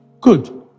good